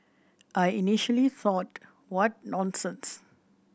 I initially thought what nonsense